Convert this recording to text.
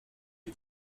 est